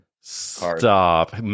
Stop